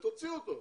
אז תוציאו אותו.